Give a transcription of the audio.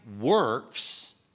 works